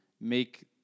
make